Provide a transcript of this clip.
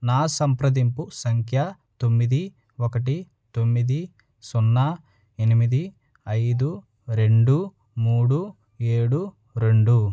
నా సంప్రదింపు సంఖ్య తొమ్మిది ఒకటి తొమ్మిది సున్నా ఎనిమిది ఐదు రెండు మూడు ఏడు రెండు